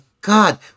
God